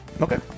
Okay